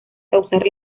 causar